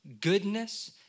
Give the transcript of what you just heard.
goodness